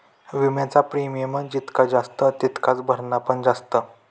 विम्याचा प्रीमियम जितका जास्त तितकाच भरणा पण जास्त